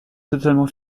totalement